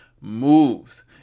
moves